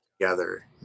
together